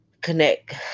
connect